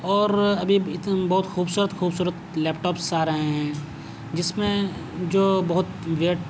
اور ابھی بہت خوبصورت خوبصورت لیپٹاپس آ رہے ہیں جس میں جو بہت ویٹ